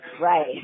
Right